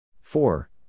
four